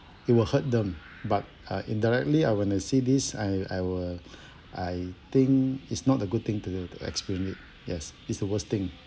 it will hurt them but uh indirectly uh when I see this I I were I think is not a good thing to do to experience it yes it's the worst thing